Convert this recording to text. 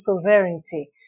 sovereignty